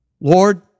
Lord